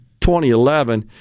2011